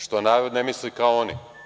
Što narod ne misli kao oni.